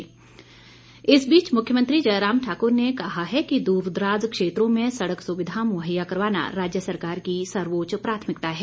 जयराम इस बीच मुख्यमंत्री जयराम ठाकुर ने कहा है कि दूरदराज के क्षेत्रों में सड़क सुविधा मुहैया करवाना राज्य सरकार की सर्वोच्च प्राथमिकता है